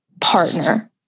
partner